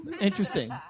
Interesting